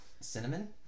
Cinnamon